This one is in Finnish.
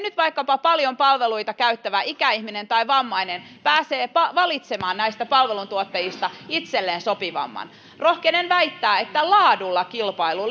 tulevaisuudessa vaikkapa paljon palveluita käyttävä ikäihminen tai vammainen pääsee valitsemaan näistä palveluntuottajista itselleen sopivimman rohkenen väittää että laadulla kilpailu